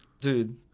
dude